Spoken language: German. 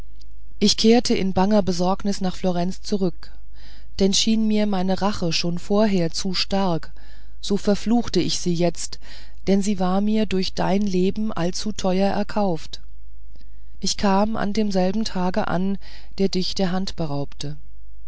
ich kehrte in banger besorgnis nach florenz zurück denn schien mir meine rache schon vorher zu stark so verfluchte ich sie jetzt denn sie war mir durch dein leben allzu teuer erkauft ich kam an demselben tage an der dich der hand beraubte